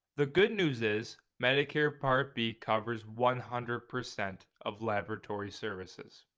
the good news is medicare part b covers one hundred percent of laboratory services.